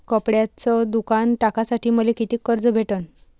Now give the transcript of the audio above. कपड्याचं दुकान टाकासाठी मले कितीक कर्ज भेटन?